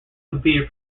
competed